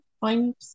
find